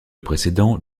précédent